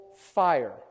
fire